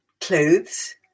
clothes